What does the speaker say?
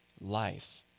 life